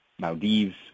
Maldives